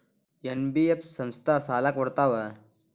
NBF ಸಂಸ್ಥಾ ಸಾಲಾ ಕೊಡ್ತಾವಾ?